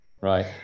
Right